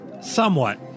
Somewhat